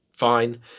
fine